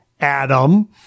adam